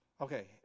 Okay